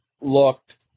looked